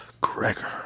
Gregor